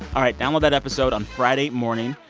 all right, download that episode on friday morning.